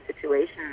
situation